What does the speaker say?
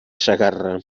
segarra